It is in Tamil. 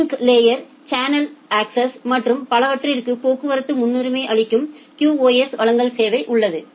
லிங்க் லேயா் சேனல் அக்சஸ் மற்றும் பலவற்றிற்கு போக்குவரத்துக்கு முன்னுரிமை அளிக்கும் QoS வழங்கல் சேவை உள்ளது